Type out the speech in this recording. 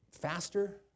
faster